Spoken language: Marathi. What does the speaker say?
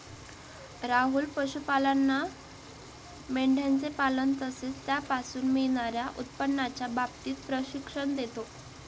राहुल पशुपालांना मेंढयांचे पालन तसेच त्यापासून मिळणार्या उत्पन्नाच्या बाबतीत प्रशिक्षण देतो